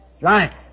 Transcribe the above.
Right